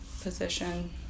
position